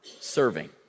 serving